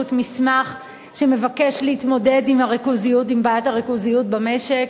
מסמך שמבקש להתמודד עם בעיית הריכוזיות במשק.